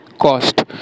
Cost